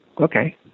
okay